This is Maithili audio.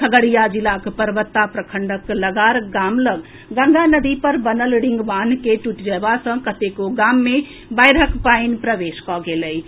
खगड़िया जिलाक परबत्ता प्रखंडक लगार गाम लऽग गंगा नदी पर बनल रिंगबांध के टूटि जएबा सॅ कतेको गाम मे बाढ़िक पानि प्रवेश कऽ गेल अछि